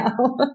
now